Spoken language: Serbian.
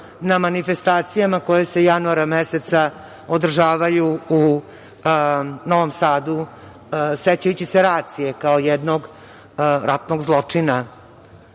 na manifestacijama koje se januara meseca održavaju u Novom Sadu, sećajući se Racije kao jednog ratnog zločina